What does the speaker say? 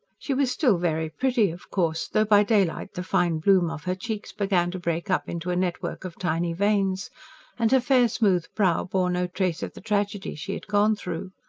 she was still very pretty of course though by daylight the fine bloom of her cheeks began to break up into a network of tiny veins and her fair, smooth brow bore no trace of the tragedy she has gone through.